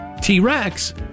T-Rex